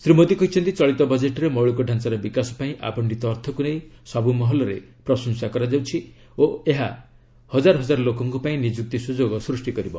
ଶ୍ରୀ ମୋଦୀ କହିଛନ୍ତି ଚଳିତ ବଜେଟରେ ମୌଳିକ ଢ଼ାଞାର ବିକାଶ ପାଇଁ ଆବଶ୍ଚିତ ଅର୍ଥକ୍ ନେଇ ସବୁ ମହଲରେ ପ୍ରଶଂସା କରାଯାଉଛି ଓ ଏହା ହଜାର ହଜାର ଲୋକଙ୍କ ପାଇଁ ନିଯୁକ୍ତି ସୁଯୋଗ ସୃଷ୍ଟି କରିବ